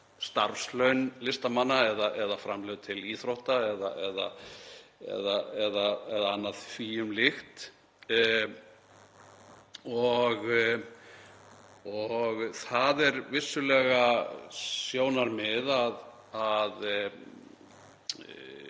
starfslaun listamanna, framlög til íþrótta eða annað því um líkt. Það er vissulega sjónarmið að